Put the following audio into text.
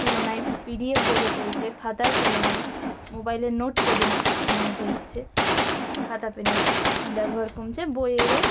তুলনায় পিডিএফ দেখে পড়ছে খাতার তুলনায় মোবাইলের নোটপ্যাডে নোট লিখছে খাতা পেনের ব্যবহার কমছে বইয়েরও